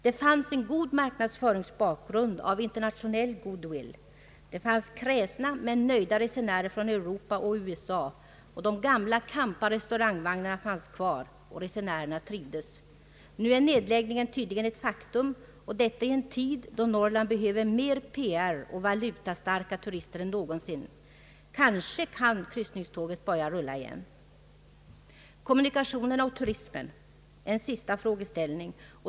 Det fanns en god marknadsföringsbakgrund av internationell goodwill, det fanns kräsna men nöjda resenärer från Europa och USA, de gamla »campa» restaurangvagnarna fanns kvar, och resenärerna trivdes. Nu är nedläggningen tydligen ett faktum, och detta i en tid då Norrland behöver mera PR och flera valutastarka turister än någonsin. Kanske kan kryssningståget börja rulla igen? Kommunikationerna och turismen — en sista frågeställning.